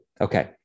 okay